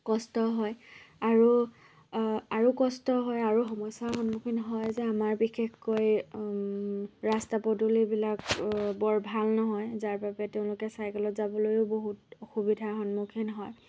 কষ্ট হয় আৰু আৰু কষ্ট হয় আৰু সমস্য়াৰ সন্মুখীন হয় যে আমাৰ বিশেষকৈ ৰাস্তা পদুলিবিলাক বৰ ভাল নহয় যাৰ বাবে তেওঁলোকে চাইকেলত যাবলৈও বহুত অসুবিধাৰ সন্মুখীন হয়